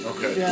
Okay